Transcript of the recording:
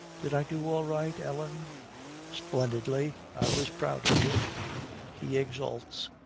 did i do all right, ellen splendidly. i was proud of you he exults.